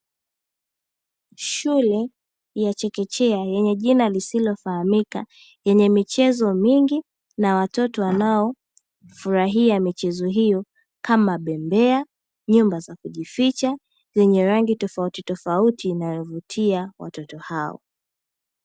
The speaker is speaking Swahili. Shule ya chekechea yenye jina la kufahamika picha yenye michezo mingi na watoto wanaofurahia michezo hiyo, kama bembea, nyumba za kujificha zenye rangi tofautitofauti inayovutia watoto hao.